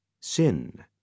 sin